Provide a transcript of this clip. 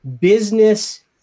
business